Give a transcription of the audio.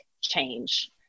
change